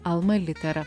alma litera